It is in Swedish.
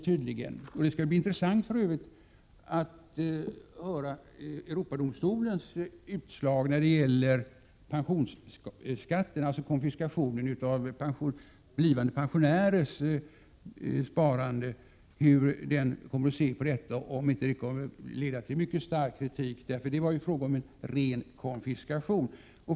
För övrigt skall det bli intressant att se Europadomstolens utslag när det gäller pensionsskatten, alltså konfiskationen av blivande pensionärers sparande. Jag tror att Europadomstolen kommer med mycket stark kritik, för det är ju fråga om en ren konfiskation.